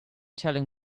telling